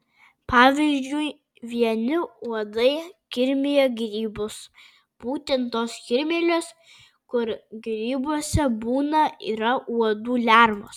pavyzdžiui vieni uodai kirmija grybus būtent tos kirmėlės kur grybuose būna yra uodų lervos